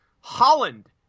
Holland